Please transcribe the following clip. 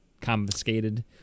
confiscated